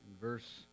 verse